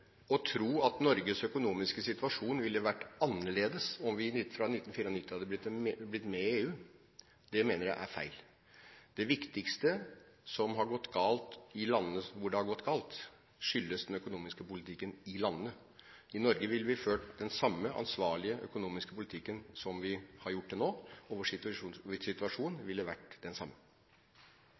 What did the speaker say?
å tro at Norges økonomiske situasjon ville vært annerledes om vi fra 1994 hadde blitt med i EU, mener jeg er feil. Det viktigste som har gått galt i landene hvor det har gått galt, skyldes den økonomiske politikken i landene. I Norge ville vi ført den samme ansvarlige økonomiske politikken som vi har gjort til nå, og vår situasjon ville vært den samme.